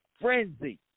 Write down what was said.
frenzy